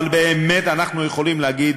אבל באמת אנחנו יכולים להגיד